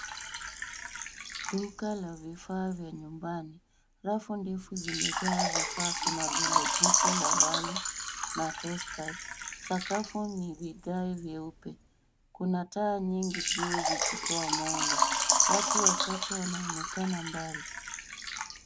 Duka la vifaa vya nyumbani. Rafu ndefu zimejaa vifaa kama vile jiko la wali na toasters . Sakafu ni vigae vyeupe. Kuna taa nyingi juu zikitoa mwanga. Watu wachache wanaonekana mbali.